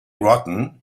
rotten